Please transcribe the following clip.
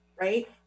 right